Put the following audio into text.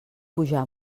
pujar